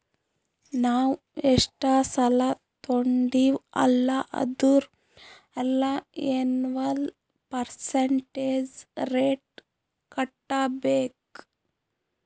ನಾವ್ ಎಷ್ಟ ಸಾಲಾ ತೊಂಡಿವ್ ಅಲ್ಲಾ ಅದುರ್ ಮ್ಯಾಲ ಎನ್ವಲ್ ಪರ್ಸಂಟೇಜ್ ರೇಟ್ ಕಟ್ಟಬೇಕ್